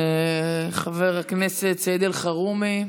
חבר הכנסת סעיד אלחרומי.